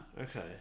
Okay